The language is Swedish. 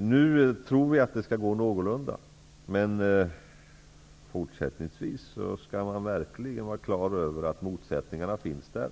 Nu tror jag att det skall gå någorlunda. Men fortsättningsvis skall man verkligen ha klart för sig att motsättningarna finns där.